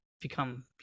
become